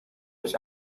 his